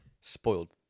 Spoiled